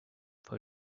for